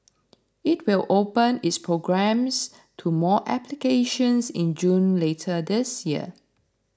it will open its programs to more applications in June later this year